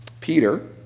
Peter